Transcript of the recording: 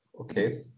okay